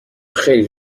خیلی